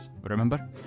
remember